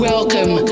Welcome